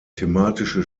thematische